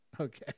Okay